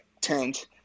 tent